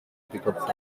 pickup